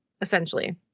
essentially